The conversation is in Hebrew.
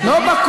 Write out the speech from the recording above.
אדוני.